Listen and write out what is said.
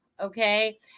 okay